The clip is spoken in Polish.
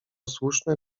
słuszne